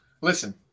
Listen